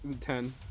Ten